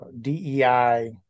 dei